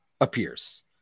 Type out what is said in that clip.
appears